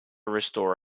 restore